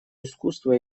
искусство